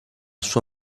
sua